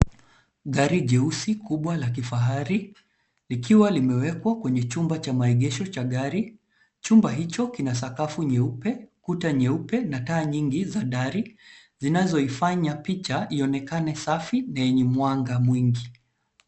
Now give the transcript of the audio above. Gari jeusi kubwa la kifahari likiwa limewekwa kwenye chumba cha maegesho cha gari . Chumba hicho kina sakafu nyeupe kuta nyeupe na taa nyingi za dari zinaziofanya picha ionekane safi na yenye mwanga mwingi.